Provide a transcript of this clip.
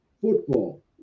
football